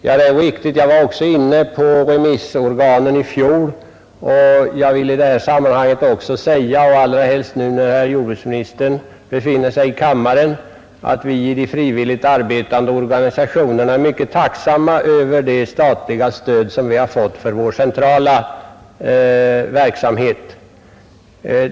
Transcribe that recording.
Jag vill i detta sammanhang också säga — allra helst nu när herr jordbruksministern befinner sig i kammaren — att vi i ,de frivilligt arbetande organisationerna är mycket tacksamma över det statliga stöd som vi har fått för vår centrala verksamhet.